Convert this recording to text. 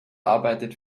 arbeitet